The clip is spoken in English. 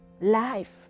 life